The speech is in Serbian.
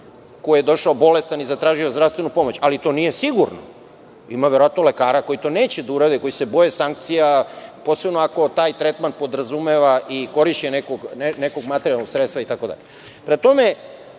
ko je došao bolestan i zatražio zdravstvenu pomoć, ali to nije sigurno. Ima verovatno lekara koji to neće da urade, koji se boje sankcija, posebno ako taj tretman podrazumeva i korišćenje nekog materijalnog sredstva